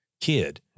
kid